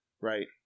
right